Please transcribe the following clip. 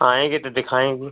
आएँगे तो दिखाएँगे